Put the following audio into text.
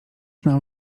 nam